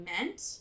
meant